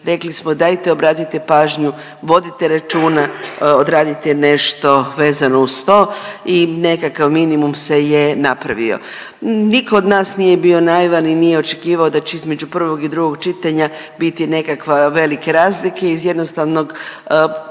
rekli smo dajte obradite pažnju, vodite računa odradite nešto vezano uz to i nekakav minimum se je napravio. Niko od nas nije bio naivan i nije očekivao da će između prvog i drugog čitanja biti nekakve velike razlike iz jednostavnog,